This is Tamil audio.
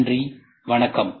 நன்றி வணக்கம்